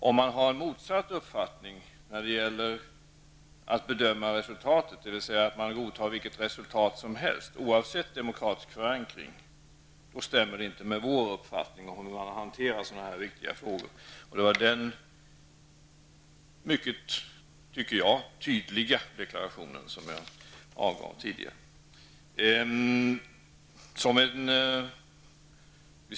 Om man har motsatt uppfattning när det gäller att bedöma resultatet, dvs. att man godtar vilket resultat som helst, oavsett demokratisk förankring, då stämmer det inte med vår uppfattning om hur sådana här viktiga frågor skall hanteras. Det var den enligt min uppfattning mycket tydliga deklarationen som jag tidigare avgav.